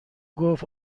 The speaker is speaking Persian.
گفت